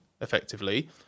effectively